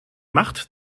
macht